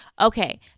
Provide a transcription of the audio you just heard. Okay